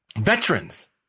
veterans